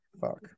fuck